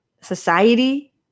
Society